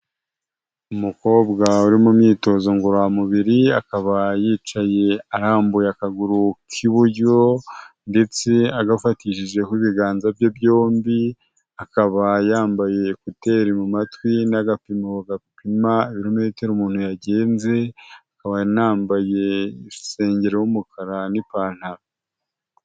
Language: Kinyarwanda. Umukobwa uri mu myitozo ngororamubiri, akaba yicaye arambuye akaguru k'iburyo ndetse agafatishijeho ibiganza bye byombi, akaba yambaye ekuteri mu matwi n'agapimo gapima ibirometero umuntu yagenze, akaba anambaye isengeri y'umukara n'ipantaro.